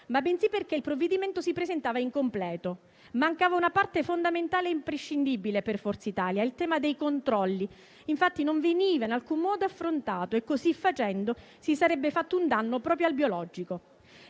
ma bensì perché il provvedimento si presentava incompleto. Mancava una parte fondamentale e imprescindibile per Forza Italia, il tema dei controlli, che non veniva in alcun modo affrontato e, così facendo, si sarebbe fatto un danno proprio al biologico.